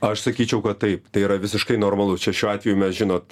aš sakyčiau kad taip tai yra visiškai normalu čia šiuo atveju mes žinot